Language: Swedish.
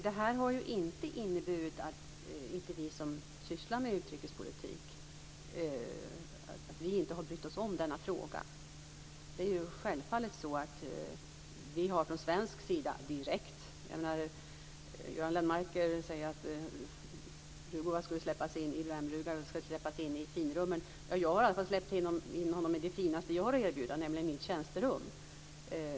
Det här har inte inneburit att vi som sysslar med utrikespolitik inte brytt oss om denna fråga. Göran Lennmarker säger att Rugova skall släppas in i finrummen. Jag har i alla fall släppt in honom i det finaste jag har att erbjuda, nämligen mitt tjänsterum.